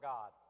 God